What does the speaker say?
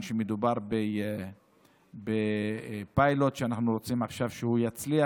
שמדובר בפיילוט ואנחנו רוצים שהוא יצליח,